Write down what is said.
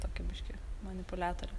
tokia biškį manipuliatorė